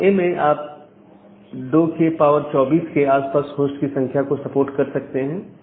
class A में आप 224 के आसपास होस्ट की संख्या को सपोर्ट कर सकते हैं